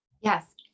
yes